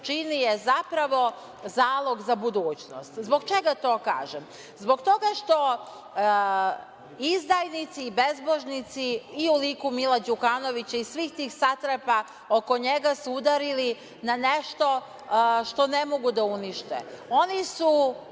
čini je, zapravo zalog za budućnost. Zbog čega to kažem? Zbog toga što izdajnici i bezbožnici i u liku Mila Đukanovića i svih tih satrapa oko njega su uradili na nešto što ne mogu da unište. Oni su